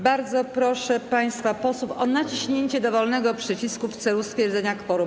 Bardzo proszę państwa posłów o naciśnięcie dowolnego przycisku w celu stwierdzenia kworum.